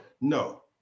No